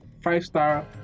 five-star